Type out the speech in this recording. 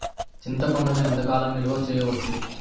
చింతపండును ఎంత కాలం నిలువ చేయవచ్చు?